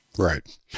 Right